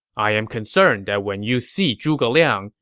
i am concerned that when you see zhuge liang,